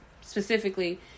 specifically